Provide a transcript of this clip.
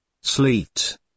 sleet